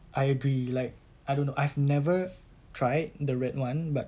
I agree like I don't know I've never tried the red one but